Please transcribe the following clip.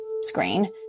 screen